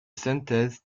synthèse